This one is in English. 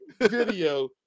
video